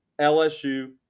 LSU